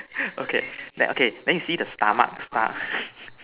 okay okay then you see the stomach star